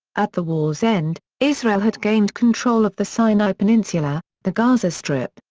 at the war's end, israel had gained control of the sinai peninsula, the gaza strip,